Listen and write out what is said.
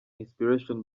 inspiration